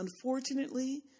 Unfortunately